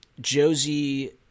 Josie